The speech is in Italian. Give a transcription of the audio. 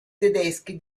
tedeschi